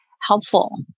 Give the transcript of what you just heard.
helpful